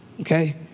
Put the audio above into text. Okay